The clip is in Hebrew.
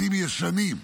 בתים ישנים,